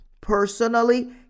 personally